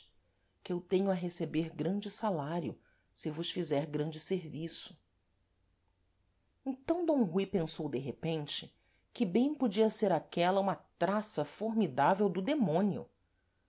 que eu tenho a receber grande salário se vos fizer grande serviço então d rui pensou de repente que bem podia ser aquela uma traça formidável do demónio